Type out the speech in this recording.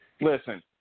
Listen